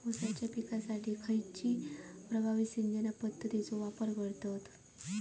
ऊसाच्या पिकासाठी खैयची प्रभावी सिंचन पद्धताचो वापर करतत?